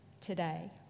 today